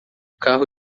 carro